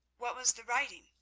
what was the writing?